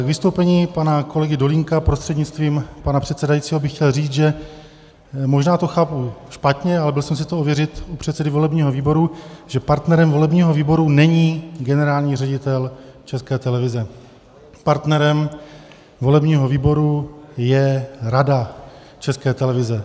K vystoupení pana kolegy Dolínka prostřednictvím pana předsedajícího bych chtěl říct, že možná to chápu špatně, ale byl jsem si to ověřit u předsedy volebního výboru, že partnerem volebního výboru není generální ředitel České televize, partnerem volebního výboru je Rada České televize.